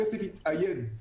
הכסף התאייד.